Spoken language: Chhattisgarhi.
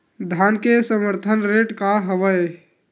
धान के समर्थन रेट का हवाय?